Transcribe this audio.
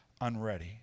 unready